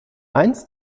eins